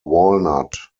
walnut